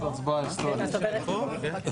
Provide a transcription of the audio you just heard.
יושב-ראש הכנסת, תתחיל בדבריך.